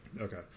Okay